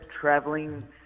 traveling